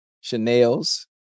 Chanel's